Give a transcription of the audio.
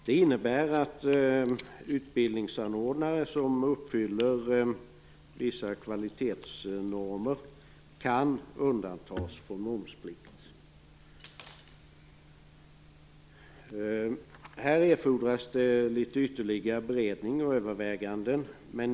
Det innebär att utbildningsanordnare som uppfyller vissa kvalitetsnormer kan undantas från momsplikt. Här erfordras ytterligare litet beredning och överväganden.